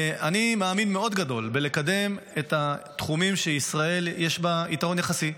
אני מאמין מאוד גדול בקידום התחומים שלישראל יש בהם יתרון יחסי.